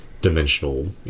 dimensional